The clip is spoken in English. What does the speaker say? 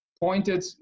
pointed